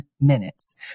minutes